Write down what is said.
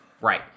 Right